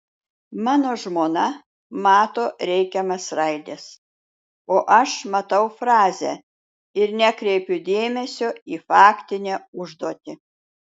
mano žmona mato reikiamas raides o aš matau frazę ir nekreipiu dėmesio į faktinę užduotį